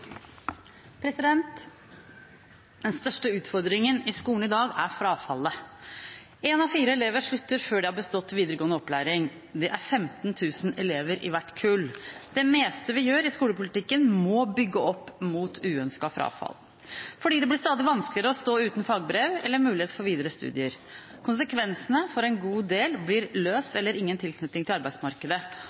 bestått videregående opplæring. Det er 15 000 elever i hvert kull. Det meste vi gjør i skolepolitikken, må bygge opp mot uønsket frafall, for det blir stadig vanskeligere å stå uten fagbrev eller mulighet for videre studier. Konsekvensene for en god del blir løs eller ingen tilknytning til arbeidsmarkedet.